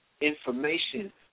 information